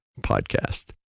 Podcast